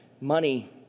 money